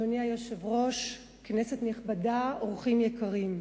אדוני היושב-ראש, כנסת נכבדה, אורחים יקרים,